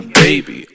baby